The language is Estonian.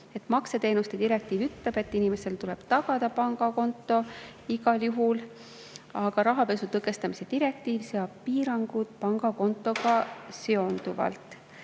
Makseteenuse direktiiv ütleb, et inimesele tuleb tagada pangakonto igal juhul, aga rahapesu tõkestamise direktiiv seab pangakontoga seonduvalt